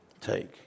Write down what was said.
take